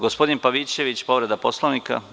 Gospodin Pavićević, povreda Poslovnika.